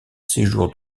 séjour